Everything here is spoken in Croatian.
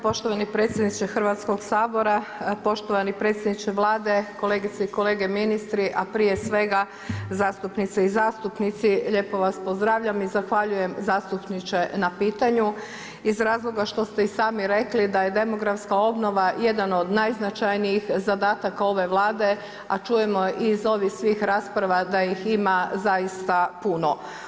Poštovani predsjedniče Hrvatskoga sabora, poštovani predsjedniče Vlade, kolegice i kolege ministri, a prije svega zastupnice i zastupnici, lijepo vas pozdravljam i zahvaljujem zastupniče na pitanju iz razloga što ste i sami rekli da je demografska obnova jedan od najznačajnijih zadataka ove Vlade, a čujemo i iz ovih svih rasprava da ih ima zaista puno.